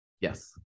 Yes